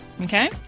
Okay